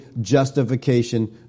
justification